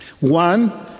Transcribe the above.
One